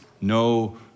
no